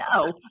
No